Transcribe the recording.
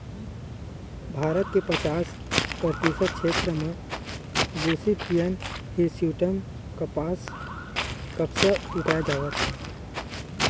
भारत के पचास परतिसत छेत्र म गोसिपीयम हिरस्यूटॅम कपसा उगाए जावत हे